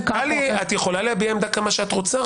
את יכולה להביע עמדה כמה שאת רוצה.